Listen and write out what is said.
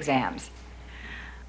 exams